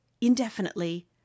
indefinitely